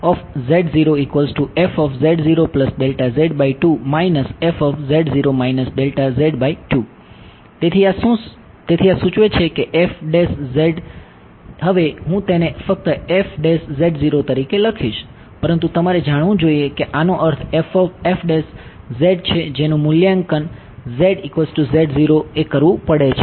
તેથી તે બને છે તેથી આ સૂચવે છે કે હવે હું તેને ફક્ત તરીકે લખીશ પરંતુ તમારે જાણવું જોઈએ કે આનો અર્થ છે જેનું મૂલ્યાંકન એ કરવું પડે છે